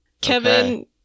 Kevin